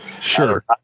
Sure